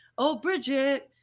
oh bridget.